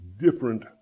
different